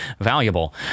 valuable